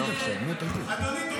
אדוני, בבקשה, אני רוצה לעלות להתנגד.